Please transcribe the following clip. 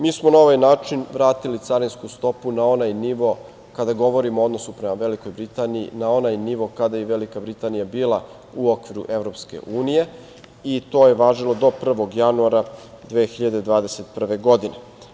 Mi smo na ovaj način vratili carinsku stopu na onaj nivo, kada govorimo o odnosu prema Velikoj Britaniji, na onaj nivo, kada je Velika Britanija bila u okviru Evropske unije i to je važilo do 1. januara 2021. godine.